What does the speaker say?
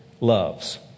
loves